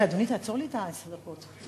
אדוני, תעצור לי את עשר הדקות.